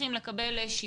צריכים לקבל שיפוי.